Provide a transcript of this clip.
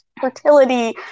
fertility